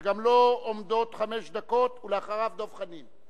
שגם לו עומדות חמש דקות, ואחריו, דב חנין.